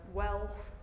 wealth